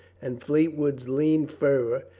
and fleetwood's lean fervor,